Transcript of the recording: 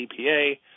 EPA